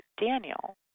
Daniel